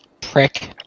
Prick